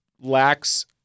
lacks –